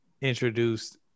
introduced